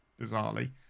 bizarrely